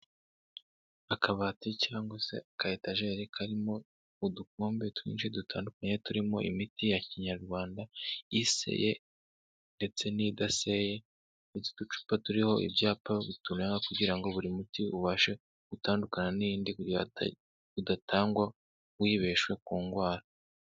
Akabati cyangwa se akayetajeri karimo udukombe twinshi dutandukanye turimo imiti ya kinyarwanda, iseye ndetse n'idaseye ndetse uducupa turiho ibyapa bituranga kugira ngo buri muti ubashe gutandukana n'iyindi kugira udatangwa wibeshye ku ndwara.